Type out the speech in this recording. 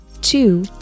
Two